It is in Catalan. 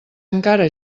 encara